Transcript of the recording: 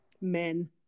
Men